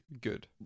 Good